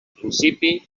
principi